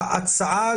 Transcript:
בריאותי.